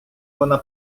вона